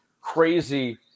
Crazy